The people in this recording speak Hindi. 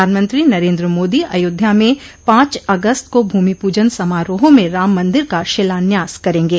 प्रधानमंत्री नरेन्द्र मोदी अयाध्या में पांच अगस्त को भूमि पूजन समारोह में राम मंदिर का शिलान्यास करेंगे